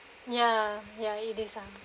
ya ya it's this one